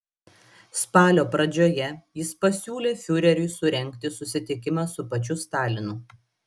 spalio pradžioje jis pasiūlė fiureriui surengti susitikimą su pačiu stalinu